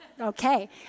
okay